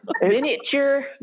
Miniature